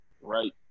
Right